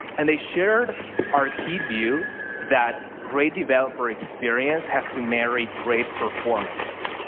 and they shared our key view that great developer experience has to marry great performance.